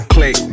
Click